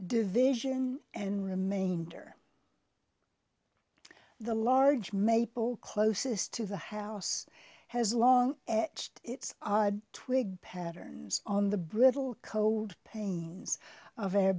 division and remainder the large maple closest to the house has long etched its odd twig patterns on the brittle cold panes of a